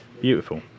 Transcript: beautiful